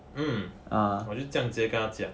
mm 我就直接这样跟他讲